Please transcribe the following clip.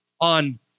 on